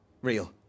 real